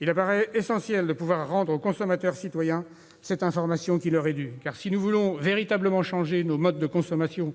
Il apparaît essentiel de rendre aux consommateurs-citoyens l'information qui leur est due. Si nous voulons véritablement changer nos modes de consommation